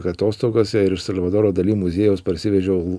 atostogose ir iš salvadoro dali muziejaus parsivežiau